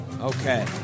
Okay